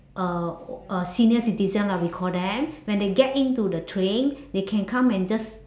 uh senior citizens lah we call them when they get in to the train they can come and just